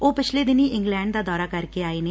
ਉਹ ਪਿਛਲੇ ਦਿਨੀਂ ਇੰਗਲੈਂਡ ਦਾ ਦੌਰਾ ਕਰਕੇ ਆਏ ਨੇ